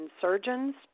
Surgeons